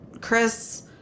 Chris